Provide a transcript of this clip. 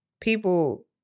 people